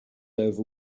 over